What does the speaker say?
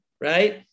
Right